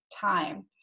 time